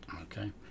Okay